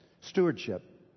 stewardship